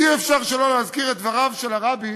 אי-אפשר שלא להזכיר את דבריו של הרבי